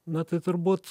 na tai turbūt